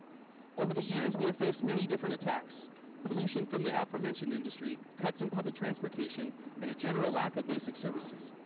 over the years we have faced many different attacks pollution from the aforementioned industry cuts in public transportation and a general lack of basic services.